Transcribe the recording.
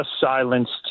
silenced